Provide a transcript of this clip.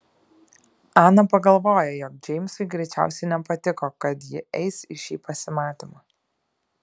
ana pagalvojo jog džeimsui greičiausiai nepatiko kad ji eis į šį pasimatymą